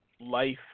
life